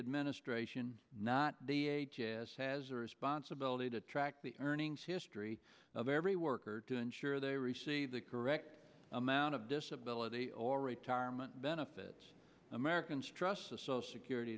administration not as has a responsibility to track the earnings history of every worker to ensure they receive the correct amount of disability or retirement benefits americans trust so security